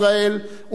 מקווים מאוד,